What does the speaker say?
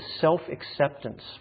self-acceptance